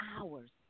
hours